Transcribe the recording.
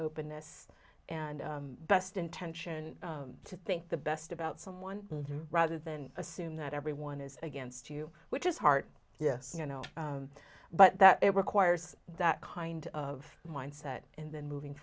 openness and best intention to think the best about someone rather than assume that everyone is against you which is heart yes you know but that it requires that kind of mindset and then moving